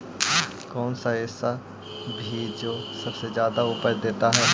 कौन सा ऐसा भी जो सबसे ज्यादा उपज देता है?